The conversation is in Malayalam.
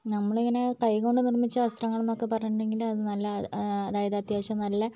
നമ്മൾ ഇങ്ങനെ കൈ കൊണ്ട് നിർമിച്ച വസ്ത്രങ്ങൾ എന്നൊക്കെ പറഞ്ഞിട്ടുണ്ടെങ്കിൽ അത് നല്ല അതായത് അത്യാവശ്യം നല്ല